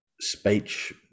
speech